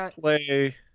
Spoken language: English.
play